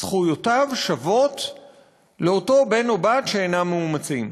זכויותיהם שוות לאותם בן או בת שאינם מאומצים.